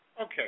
Okay